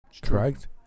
Correct